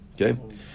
Okay